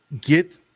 get